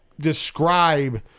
describe